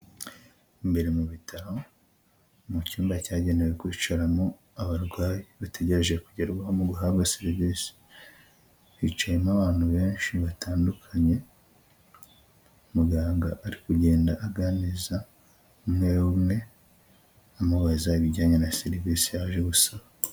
Imbere mu bitaro mu cyumba cyagenewe kwicaramo abarwayi bategereje kugerwaho mu guhabwa serivisi, hicayemo abantu benshi batandukanye, muganga ari kugenda aganiriza umwe umwe amubaza ibijyanye na serivisi yaje gusaba.